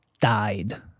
died